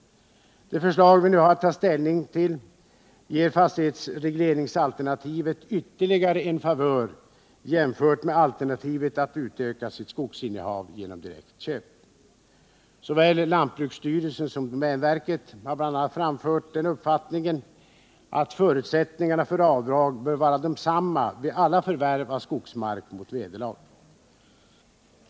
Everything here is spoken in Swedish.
Det förslag vi nu har att ta ställning till ger fastighetsregleringsalternativet ytterligare en favör jämfört med alternativet att utöka skogsinnehav genom direkt köp. Såväl lantbruksstyrelsen som domänverket har bl.a. framfört den uppfattningen att förutsättningarna för avdrag bör vara desamma vid alla förvärv av skogsmark mot vederlag.